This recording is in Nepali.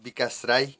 विकास राई